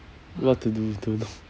what to do don't know